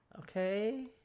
okay